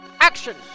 action